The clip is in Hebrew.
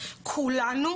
כולנו